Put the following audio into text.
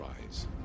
rise